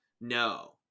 No